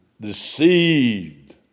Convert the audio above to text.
deceived